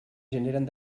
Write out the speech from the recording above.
generen